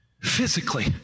physically